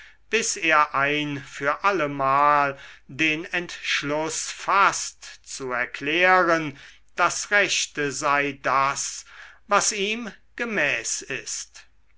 bis er ein für allemal den entschluß faßt zu erklären das rechte sei das was ihm gemäß ist